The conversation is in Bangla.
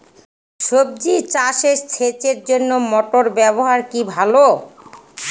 সবজি চাষে সেচের জন্য মোটর ব্যবহার কি ভালো?